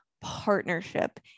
partnership